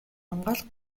хамгаалах